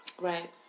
Right